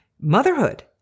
motherhood